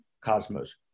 cosmos